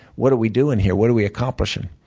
what are we doing here? what are we accomplishing?